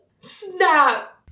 snap